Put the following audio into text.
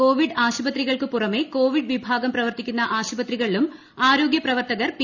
Covid ആശുപത്രികൾക്ക് പുറ്മെ covid വിഭാഗം പ്രവർത്തിക്കുന്ന ആശുപീത്രികളിലും ആരോഗ്യ പ്രവർത്തകർ പി